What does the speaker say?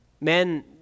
Men